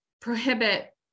prohibit